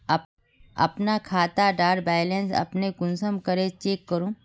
अपना खाता डार बैलेंस अपने कुंसम करे चेक करूम?